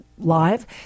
live